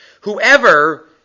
Whoever